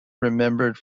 remembered